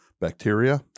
bacteria